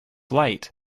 light